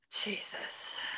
Jesus